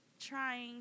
Trying